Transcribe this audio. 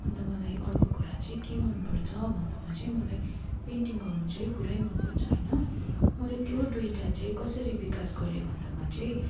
अन्त मलाई अर्को कुरा चाहिँ के मनपर्छ भन्दामा चाहिँ मलाई पेन्टिङ गर्नु चाहिँ पुरै मनपर्छ होइन मैले त्यो दुइटा चाहिँ कसरी विकास गरेँ भन्दामा चाहिँ